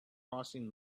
crossing